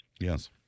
Yes